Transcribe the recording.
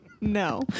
No